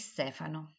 Stefano